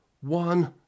one